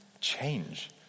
change